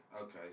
okay